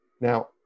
Now